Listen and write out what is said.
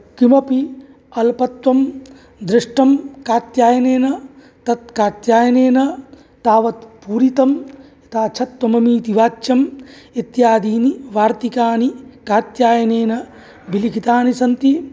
किमपि अल्पत्वं दृष्टं कात्यायनेन तत् कात्यायनेन तावत् पूरितं ताच्छत्वमीमीति वाच्यम् इत्यादीनि वार्तिकानि कात्यायनेन विलिखितानि सन्ति